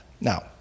Now